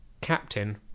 Captain